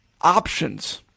options